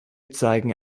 zeigen